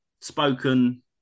spoken